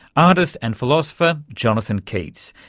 artist and philosopher jonathon keats.